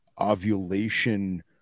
ovulation